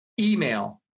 email